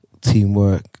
teamwork